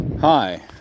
Hi